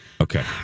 Okay